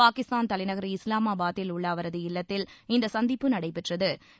பாகிஸ்தான் தலைநகர் இஸ்லாமாபாதில் உள்ள அவரது இல்லத்தில் இந்த சந்திப்பு நடைபெற்ற்து